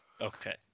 okay